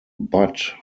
but